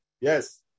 Yes